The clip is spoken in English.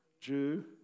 Jew